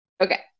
Okay